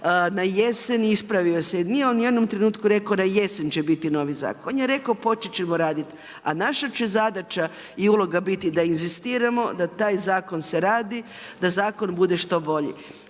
na jesen. Ispravio se, jer nije on ni u jednom trenutku rekao na jesen će biti novi zakon. On je rekao počet ćemo raditi, a naša će zadaća i uloga biti da inzistiramo da taj zakon se radi, da zakon bude što bolji.